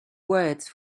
words